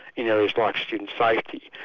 in areas like student safety.